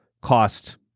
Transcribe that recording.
cost